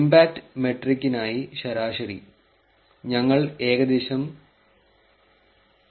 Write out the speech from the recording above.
impact മെട്രിക്കിനായി ശരാശരി ഞങ്ങൾ ഏകദേശം 0